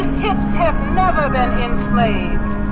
hips have never been enslaved.